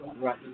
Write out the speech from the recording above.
Right